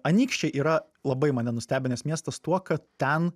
anykščiai yra labai mane nustebinęs miestas tuo kad ten